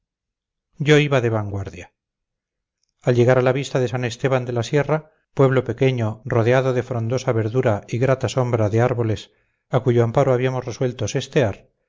yo iba de vanguardia al llegar a la vista de san esteban de la sierra pueblo pequeño rodeado de frondosa verdura y grata sombra de árboles a cuyo amparo habíamos resuelto sestear